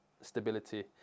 stability